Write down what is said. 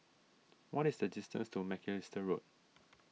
what is the distance to Macalister Road